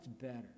better